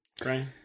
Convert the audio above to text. great